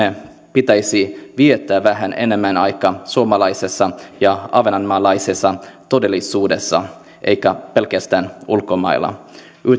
pitäisi viettää vähän enemmän aikaa suomalaisessa ja ahvenanmaalaisessa todellisuudessa eikä pelkästään ulkomailla